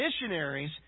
Missionaries